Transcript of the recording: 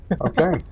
Okay